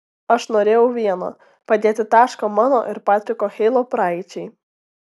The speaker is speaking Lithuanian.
aš norėjau vieno padėti tašką mano ir patriko heilo praeičiai